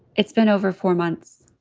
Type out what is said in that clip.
it's been over four months.